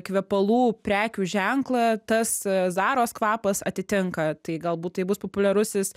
kvepalų prekių ženklą tas zaros kvapas atitinka tai galbūt tai bus populiarusis